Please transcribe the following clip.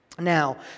Now